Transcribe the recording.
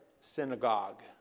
synagogue